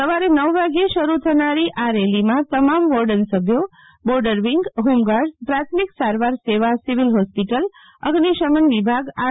સવારે નવ વાગ્યે શરૂ થનારી આ રેલીમાં તમામ વોર્ડન સભ્યો બોર્ડર વિંગહોમગાર્ડઝપ્રાથમિકસારવારસેવા સિવિલ હોસ્પિટલ અઝિશમન વિભાગ આર